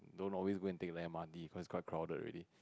don't always go and take the M_R_T cause quite crowded already